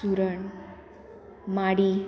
चुरण माडी